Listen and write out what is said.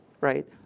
right